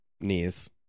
knees